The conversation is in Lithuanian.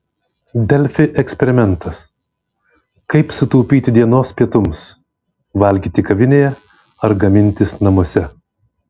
delfi eksperimentas kaip sutaupyti dienos pietums valgyti kavinėje ar gamintis namuose